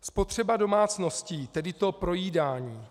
Spotřeba domácností, tedy to projídání.